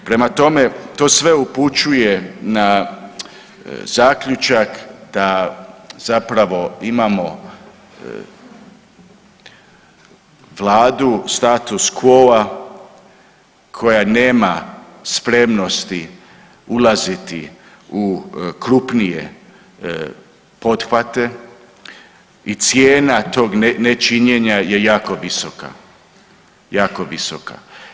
Prema tome, to sve upućuje na zaključak da zapravo imamo vladu status quoa koja nema spremnosti ulaziti u krupnije pothvate i cijena tog nečinjenja je jako visoka, jako visoka.